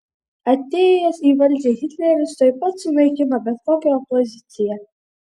atėjęs į valdžią hitleris tuoj pat sunaikino bet kokią opoziciją